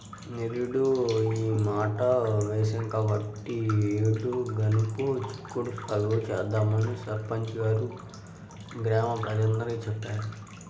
నిరుడు టమాటా వేశాం కాబట్టి ఈ యేడు గనుపు చిక్కుడు సాగు చేద్దామని సర్పంచి గారు గ్రామ ప్రజలందరికీ చెప్పారు